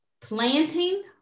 Planting